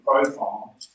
profile